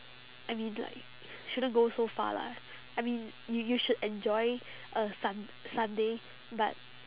I mean like shouldn't go so far lah I mean you you should enjoy a sun~ sunday but